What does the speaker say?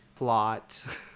plot